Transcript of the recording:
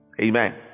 amen